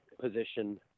position